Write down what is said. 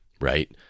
right